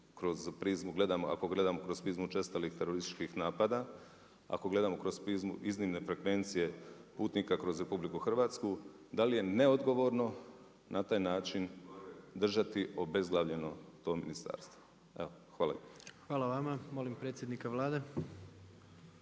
ako gledam kroz prizmu učestalih terorističkih napada, ako gledamo kroz prizmu iznimne frekvencije putnika kroz Republiku Hrvatsku da li je neodgovorno na taj način držati obezglavljeno to ministarstvo. Hvala. **Jandroković, Gordan (HDZ)** Hvala vama. Molim predsjednika Vlade.